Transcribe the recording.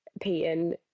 Peyton